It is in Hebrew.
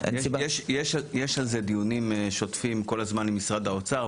יש על זה דיונים שוטפים כל הזמן עם משרד האוצר,